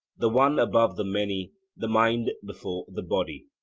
the one above the many, the mind before the body.